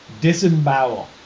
disembowel